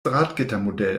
drahtgittermodell